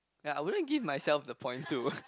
ya I wouldn't give myself the points too